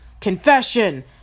confession